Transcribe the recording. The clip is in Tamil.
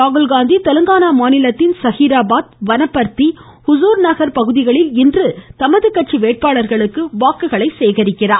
ராகுல்காந்தி தெலுங்கானா மாநிலத்தின் ஸஹீராபாத் வனபர்த்தி ஹுஸ்ர் நகர் பகுதிகளில் இன்று தமது கட்சி வேட்பாளர்களுக்கு வாக்குகளை சேகரிக்கிறார்